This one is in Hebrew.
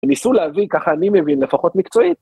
ניסו להביא, ככה אני מבין, לפחות מקצועית.